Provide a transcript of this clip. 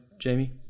jamie